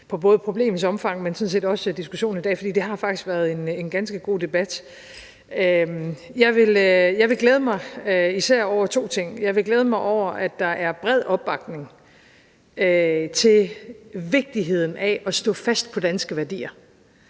til både problemets omfang, men sådan set også diskussionen i dag, for det har faktisk været en ganske god debat. Jeg vil glæde mig over især to ting. Jeg vil glæde mig over, at der er bred opbakning til vigtigheden af at stå fast på danske værdier.